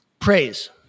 Praise